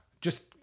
just-